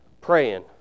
praying